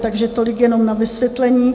Takže tolik jenom na vysvětlení.